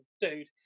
dude